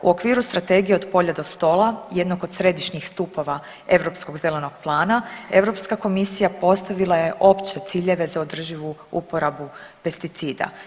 U okviru Strategije „Od polja do stola“ jednog od središnjih stupova europskog zelenog plana Europska komisija postavila je opće ciljeve za održivu uporabu pesticida.